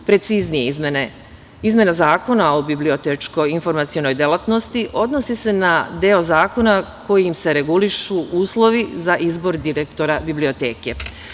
Preciznije, izmena Zakona o bibliotečko-informacionoj delatnosti odnosi se na deo zakona kojim se regulišu uslovi za izbor direktora biblioteke.